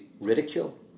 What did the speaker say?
ridicule